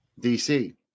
dc